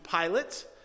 Pilate